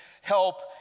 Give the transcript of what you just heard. help